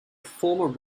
former